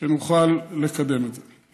שנוכל לקדם את זה.